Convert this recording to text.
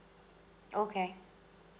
okay